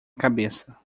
cabeça